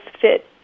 fit